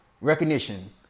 recognition